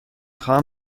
خواهم